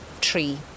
tree